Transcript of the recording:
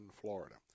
Florida